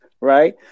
right